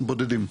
בודדים.